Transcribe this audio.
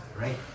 right